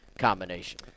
combination